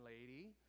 lady